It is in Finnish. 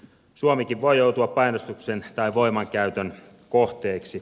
suomikin voi joutua painostuksen tai voimankäytön kohteeksi